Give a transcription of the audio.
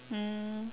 um